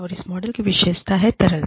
और इस मॉडल की विशेषता है तरलता